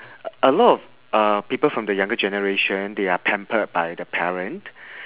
a lot of uh people from the younger generation they are pampered by the parent